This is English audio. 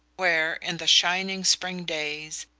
where, in the shining spring days,